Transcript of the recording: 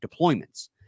deployments